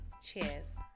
cheers